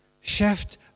Shift